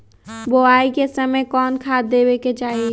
बोआई के समय कौन खाद देवे के चाही?